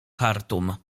chartum